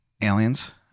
aliens